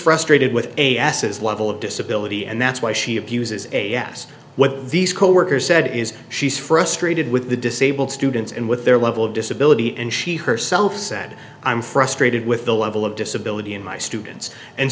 frustrated with a ss level of disability and that's why she abuses and yes what these coworkers said is she's frustrated with the disabled students and with their level of disability and she herself said i'm frustrated with the level of disability in my students and